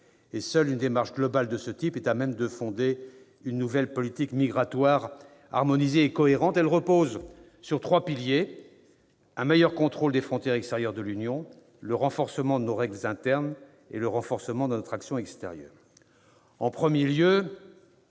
Seule une démarche globale de ce type est à même de fonder une nouvelle politique migratoire, harmonisée et cohérente. Elle repose sur trois piliers : un meilleur contrôle des frontières extérieures de l'Union, le renforcement de nos règles internes et le renforcement de notre action extérieure.